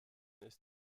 ist